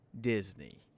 Disney